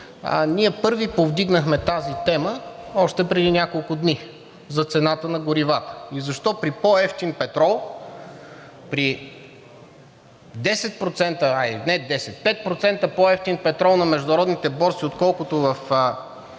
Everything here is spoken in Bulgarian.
ние първи повдигнахме тази тема още преди няколко дни – за цената на горивата, и защо при по-евтин петрол, при 10%, хайде не 10, а 5% по-евтин петрол на международните борси, отколкото в